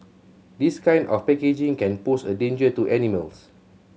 this kind of packaging can pose a danger to animals